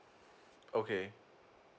okay